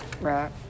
Right